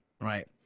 Right